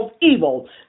evil